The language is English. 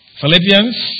Philippians